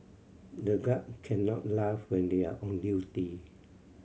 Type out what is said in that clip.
the guard can not laugh when they are on duty